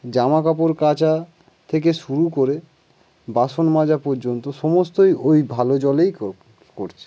জামাকাপড় কাচা থেকে শুরু করে বাসন মাজা পর্যন্ত সমস্তই ওই ভালো জলেই করছে